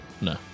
No